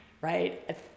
right